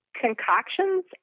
concoctions